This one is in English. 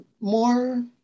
more